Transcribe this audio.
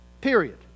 Period